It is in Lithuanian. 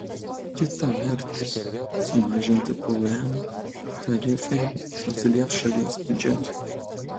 kita vertus sumažinti pvm tarifai atsilieps šalies biudžetui